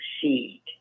succeed